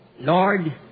Lord